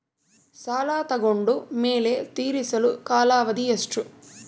ಸಾಲ ತಗೊಂಡು ಮೇಲೆ ತೇರಿಸಲು ಕಾಲಾವಧಿ ಎಷ್ಟು?